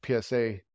PSA